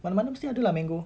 mana mana mesti ada lah mango